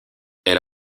elle